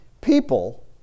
people